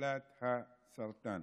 מחלת הסרטן.